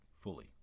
fully